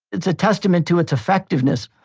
it's a testament to its effectiveness.